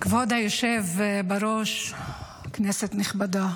כבוד היושב בראש, כנסת נכבדה.